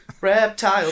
Reptile